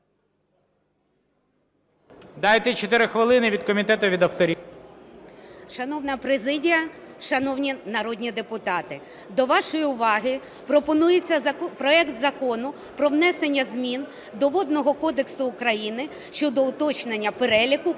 Дайте 4 хвилини від комітету і від авторів. 13:44:40 КРИВОРУЧКІНА О.В. Шановна президія, шановні народні депутати, до вашої уваги пропонується проект Закону про внесення змін до Водного кодексу України щодо уточнення переліку